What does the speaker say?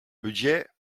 budget